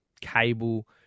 cable